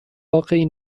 واقعی